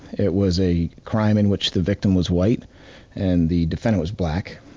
it was a crime in which the victim was white and the defendant was black.